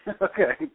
Okay